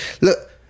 look